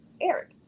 Eric